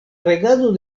regado